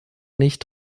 nicht